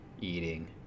eating